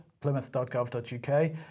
Plymouth.gov.uk